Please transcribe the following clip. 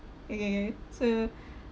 okay K so